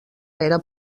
era